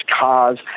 cars